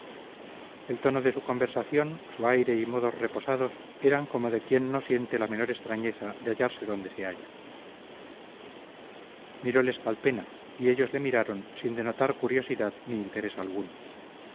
el tono de su conversación su aire y modos reposados eran como de quien no siente la menor extrañeza de hallarse donde se halla miroles calpena y ellos le miraron sin denotar curiosidad ni interés alguno